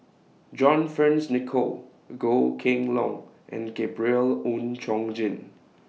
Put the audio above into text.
John Fearns Nicoll Goh Kheng Long and Gabriel Oon Chong Jin